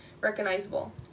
recognizable